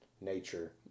nature